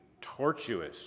tortuous